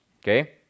okay